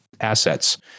assets